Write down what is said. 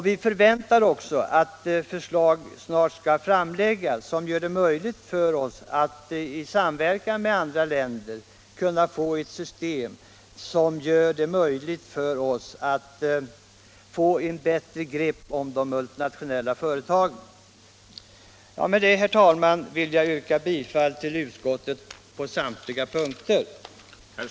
Vi förväntar också att det snart kommer att läggas fram förslag som gör det möjligt för oss att i samverkan med andra länder skapa ett system som ger ett bättre grepp om de multinationella företagen. Med detta, herr talman, vill jag yrka bifall till utskottets hemställan på samtliga punkter. Näringspolitiken Näringspolitiken